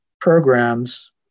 programs